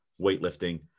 weightlifting